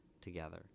together